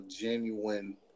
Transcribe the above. genuine